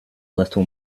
little